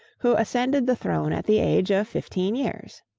who ascended the throne at the age of fifteen years.